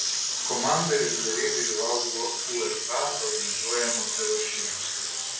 komanda reguliariai dalyvaudavo uefa organizuojamose varžybose